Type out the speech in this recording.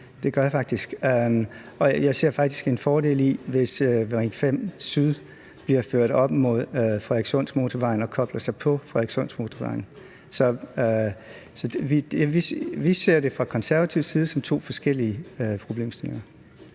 det gør jeg faktisk. Og jeg ser faktisk en fordel i, at Ring 5 Syd bliver ført op mod Frederikssundmotorvejen og kobler sig på Frederikssundsmotorvejen. Så fra konservativ side ser vi det som to forskellige problemstillinger.